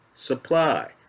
supply